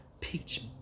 pitch